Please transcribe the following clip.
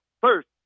first